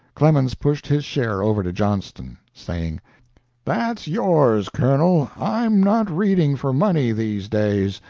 clemens pushed his share over to johnston, saying that's yours, colonel. i'm not reading for money these days.